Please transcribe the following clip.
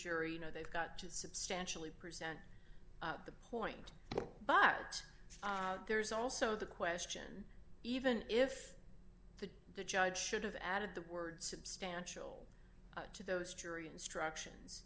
jury you know they've got to substantially present the point but there's also the question even if the judge should have added the word substantial to those jury instructions